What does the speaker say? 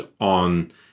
on